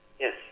yes